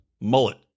Mullet